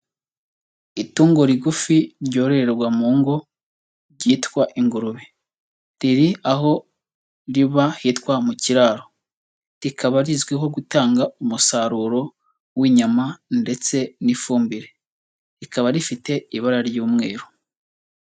Itungo rigufi ryororerwa mu ngo ryitwa ingurube, riri aho riba hitwa mu kiraro, rikaba rizwiho gutanga umusaruro w'inyama ndetse n'ifumbire, rikaba rifite ibara ry'umweru.